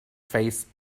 face